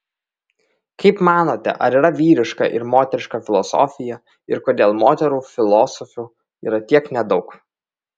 kaip manote ar yra vyriška ir moteriška filosofija ir kodėl moterų filosofių yra tiek nedaug